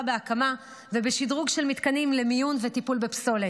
בהקמה ובשדרוג של מתקנים למיון וטיפול בפסולת.